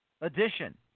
edition